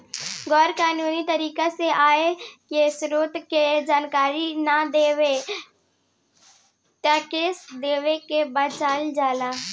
गैर कानूनी तरीका से आय के स्रोत के जानकारी न देके टैक्स देवे से बचल जाला